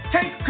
Take